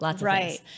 Right